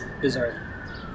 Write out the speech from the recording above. bizarre